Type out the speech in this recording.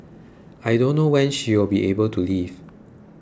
I don't know when she will be able to leave